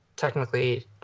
technically